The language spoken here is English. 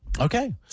Okay